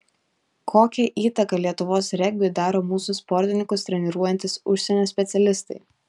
kokią įtaką lietuvos regbiui daro mūsų sportininkus treniruojantys užsienio specialistai